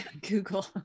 Google